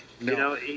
No